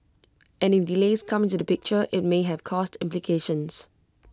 and if delays come into the picture IT may have cost implications